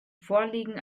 vorliegen